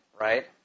right